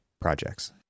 projects